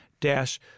dash